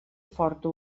forta